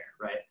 right